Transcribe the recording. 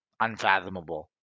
unfathomable